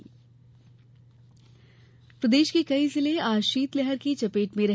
मौसम प्रदेश के कई जिले आज शीतलहर की चपेट में रहे